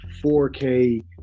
4K